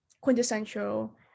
quintessential